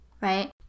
right